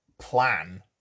plan